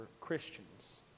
Christians